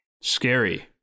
Scary